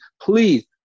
Please